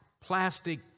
plastic